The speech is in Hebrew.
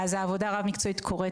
אז העבודה הרב-מקצועית קורית.